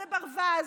זה ברווז.